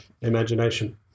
imagination